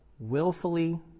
willfully